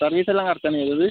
സർവീസെല്ലാം കറക്ടാണോ ചെയ്തത്